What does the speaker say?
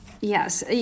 Yes